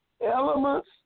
elements